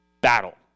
battle